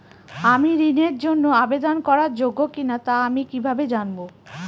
আমি ঋণের জন্য আবেদন করার যোগ্য কিনা তা আমি কীভাবে জানব?